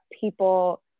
people